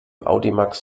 audimax